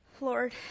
Lord